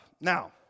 Now